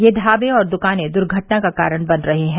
यह ढाबे और दुकाने दुर्घटना के कारण बन रहे हैं